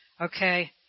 Okay